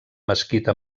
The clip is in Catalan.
mesquita